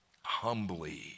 humbly